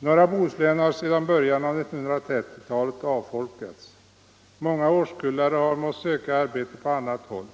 Norra Bohuslän har sedan början av 1930-talet avfolkats. Många årskullar har måst söka arbete på annat håll.